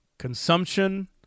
consumption